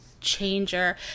changer